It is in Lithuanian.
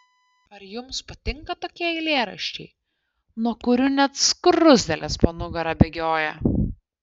ar jums patinka tokie eilėraščiai nuo kurių net skruzdėlės po nugarą bėgioja